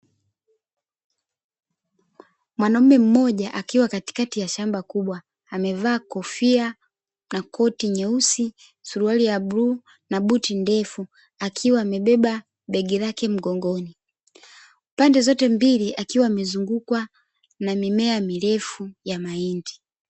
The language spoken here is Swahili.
Mwanaume mmoja akiwa katikati ya shamba kubwa, amevaa kofia na koti nyeusi, suruali ya bluu, na buti ndefu; akiwa amebeba begi lake mgongoni, pande zote mbili akiwa amezungukwa na mimea mirefu ya mahindi.